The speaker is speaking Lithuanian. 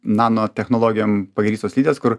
nanotechnologijom pagrįstos slides kur